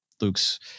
Luke's